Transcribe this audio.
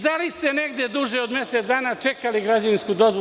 Da li ste negde duže od mesec dana čekali građevinsku dozvolu?